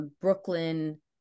brooklyn